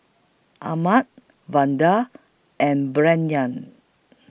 Ahmad Vander and